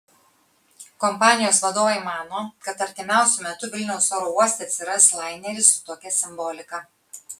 kompanijos vadovai mano kad artimiausiu metu vilniaus oro uoste atsiras laineris su tokia simbolika